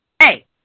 Hey